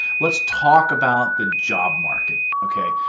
let's talk about the job market, ok.